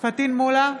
פטין מולא,